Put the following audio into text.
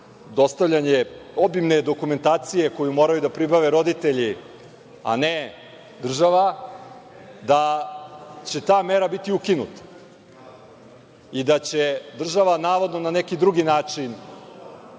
dostavljanje obimne dokumentacije koju moraju da pribave roditelji, a ne država, da će ta mera biti ukinuta i da će država, navodno na neki drugi način,